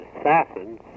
assassins